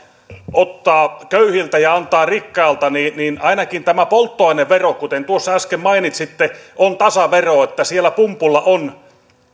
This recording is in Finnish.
ottaa köyhiltä ja antaa rikkaille niin ainakin tämä polttoainevero kuten tuossa äsken mainitsitte on tasavero eli siellä pumpulla